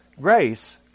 Grace